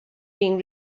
being